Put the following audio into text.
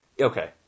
Okay